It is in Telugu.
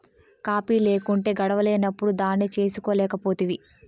కాఫీ లేకుంటే గడవనప్పుడు దాన్నే చేసుకోలేకపోతివి